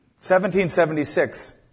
1776